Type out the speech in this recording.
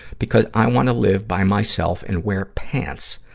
because i wanna live by myself and wear pants.